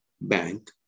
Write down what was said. bank